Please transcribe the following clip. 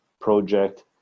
project